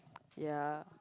ya